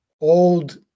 old